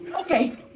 Okay